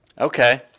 Okay